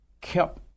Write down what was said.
kept